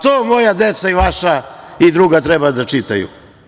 to moja deca i vaša i druga treba da čitaju?